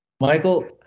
Michael